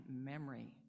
memory